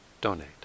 donate